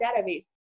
database